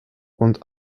und